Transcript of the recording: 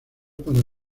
para